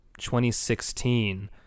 2016